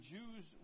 Jews